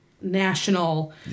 national